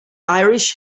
irish